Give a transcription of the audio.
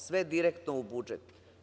Sve direktno u budžet?